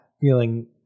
feeling